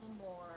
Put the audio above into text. more